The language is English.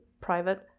private